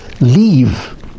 leave